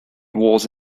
was